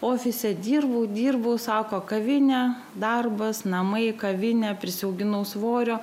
ofise dirbau dirbau sako kavinė darbas namai kavinė prisiauginau svorio